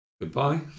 Goodbye